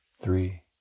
three